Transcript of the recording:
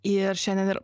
ir šiandien